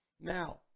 Now